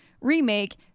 remake